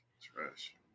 Trash